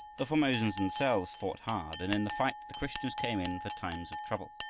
the formosans themselves fought hard, and in the fight the christians came in for times of trouble.